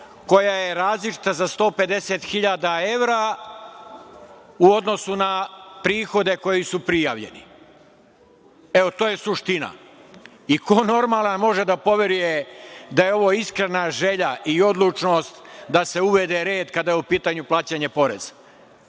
koja je različita za 150.000 evra u odnosu na prihode koji su prijavljeni. Evo, to je suština. Ko normalan može da poveruje da je ovo iskrena želja i odlučnost da se uvede red kada je u pitanju plaćanje poreza?